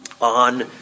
on